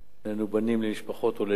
שנינו בנים למשפחות עולי לוב,